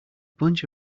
bunch